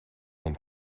man